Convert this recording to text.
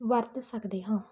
ਵਰਤ ਸਕਦੇ ਹਾਂ